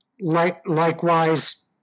likewise